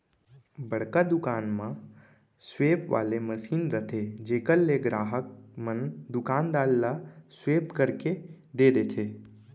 बड़का दुकान म स्वेप वाले मसीन रथे जेकर ले गराहक मन दुकानदार ल स्वेप करके दे देथे